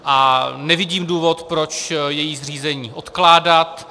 A nevidím důvod, proč její zřízení odkládat.